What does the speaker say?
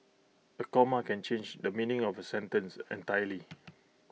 A comma can change the meaning of A sentence entirely